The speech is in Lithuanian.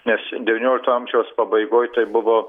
nes devyniolikto amžiaus pabaigoj tai buvo